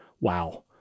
wow